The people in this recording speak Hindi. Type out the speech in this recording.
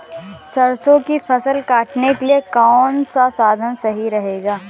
सरसो की फसल काटने के लिए कौन सा साधन सही रहेगा?